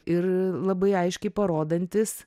ir labai aiškiai parodantis